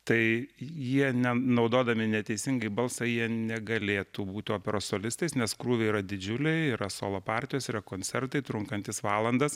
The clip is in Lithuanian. tai jie ne naudodami neteisingai balsą jie negalėtų būti operos solistais nes krūviai yra didžiuliai yra solo partijos yra koncertai trunkantys valandas